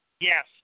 Yes